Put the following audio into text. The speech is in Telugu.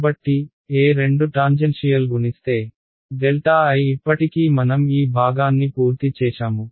కాబట్టి E2 టాంజెన్షియల్ గుణిస్తే I ఇప్పటికీ మనం ఈ భాగాన్ని పూర్తి చేశాము